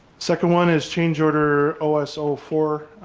second one is change order o s o four.